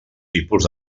tipus